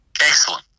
Excellent